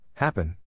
Happen